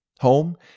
Home